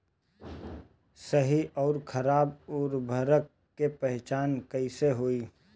सही अउर खराब उर्बरक के पहचान कैसे होई?